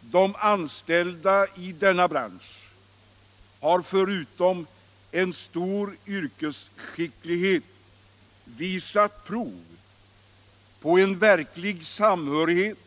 Branschens anställda har förutom stor yrkesskicklighet visat prov på verklig samhörighet